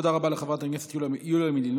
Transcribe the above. תודה רבה לחברת הכנסת יוליה מלינובסקי.